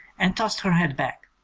and tossed her head back.